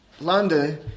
London